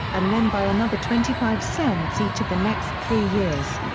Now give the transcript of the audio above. and then by another twenty five cents each of the next three years.